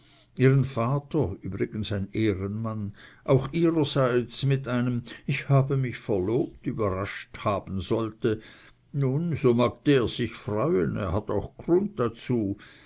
ihren vater übrigens ein ehrenmann auch ihrerseits mit einem ich habe mich verlobt überrascht haben sollte nun so mag der sich freuen er hat auch grund dazu